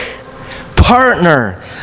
partner